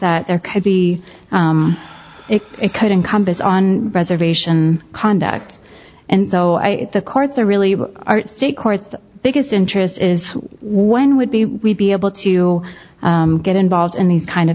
that there could be if it could encompass on reservation conduct and so i the courts are really our state courts the biggest interest is when would be we'd be able to get involved in these kind of